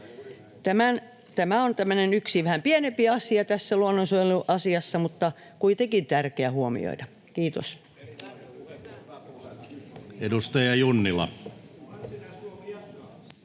tämmöinen yksi, vähän pienempi asia tässä luonnonsuojeluasiassa, mutta kuitenkin tärkeä huomioida. — Kiitos.